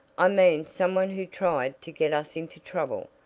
i mean some one who tried to get us into trouble.